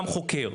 שהוא גם חוקר,